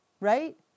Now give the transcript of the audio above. right